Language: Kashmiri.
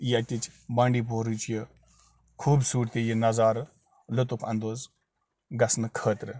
ییٚتِچ بانڈی پورہٕچ یہِ خوٗبصوٗرتی یہِ نظارٕ لُطُف انٛدوز گَژھنہٕ خٲطرٕ